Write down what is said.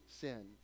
sin